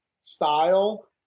style